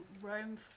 roam